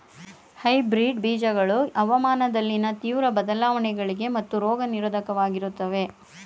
hybrid ಬೀಜಗಳು ಹವಾಮಾನದಲ್ಲಿನ ತೀವ್ರ ಬದಲಾವಣೆಗಳಿಗೆ ಮತ್ತು ರೋಗ ನಿರೋಧಕವಾಗಿರುತ್ತವೆ